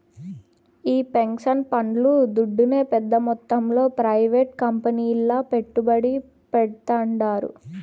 ఈ పెన్సన్ పండ్లు దుడ్డునే పెద్ద మొత్తంలో ప్రైవేట్ కంపెనీల్ల పెట్టుబడి పెడ్తాండారు